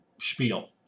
spiel